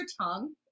tongue